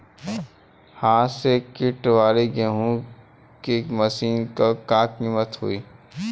हाथ से कांटेवाली गेहूँ के मशीन क का कीमत होई?